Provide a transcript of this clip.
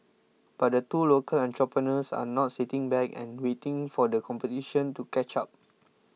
but the two local entrepreneurs are not sitting back and waiting for the competition to catch up